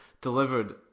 delivered